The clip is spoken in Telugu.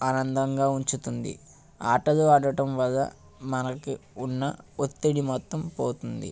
ఆనందంగా ఉంచుతుంది ఆటలు ఆడటంవల్ల మనకి ఉన్న ఒత్తిడి మొత్తం పోతుంది